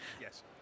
Yes